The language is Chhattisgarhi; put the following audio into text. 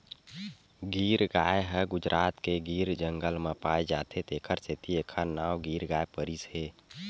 गीर गाय ह गुजरात के गीर जंगल म पाए जाथे तेखर सेती एखर नांव गीर गाय परिस हे